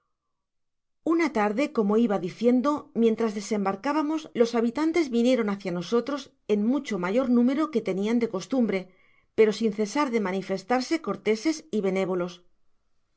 una tarde como iba diciendo mientras desembarcábamos los habitantes vinieron hácia nosotros en mucho mayor número que tenian de costumbre pero sin cesar de manifestarse corteses y benévolos